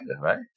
right